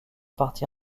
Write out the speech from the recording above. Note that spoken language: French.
partie